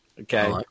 Okay